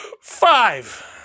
Five